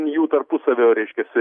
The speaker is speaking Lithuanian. jų tarpusavio reiškiasi